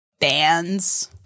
bands